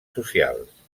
socials